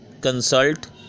consult